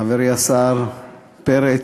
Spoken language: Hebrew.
חברי השר פרץ,